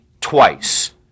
twice